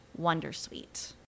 Wondersuite